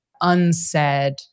unsaid